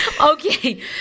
Okay